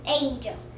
angel